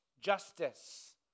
justice